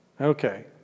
Okay